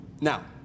Now